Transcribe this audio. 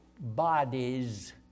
Bodies